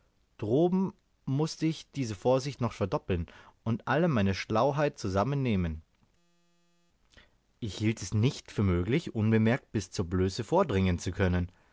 droben mußte ich diese vorsicht noch verdoppeln und alle meine schlauheit zusammennehmen ich hielt es nicht für möglich unbemerkt bis zur blöße vordringen zu können